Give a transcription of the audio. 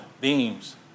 beams